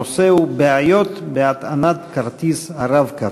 הנושא הוא: בעיות בהטענת כרטיס ה"רב-קו".